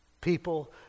people